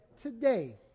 today